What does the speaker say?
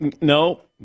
no